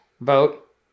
vote